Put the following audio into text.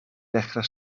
dechrau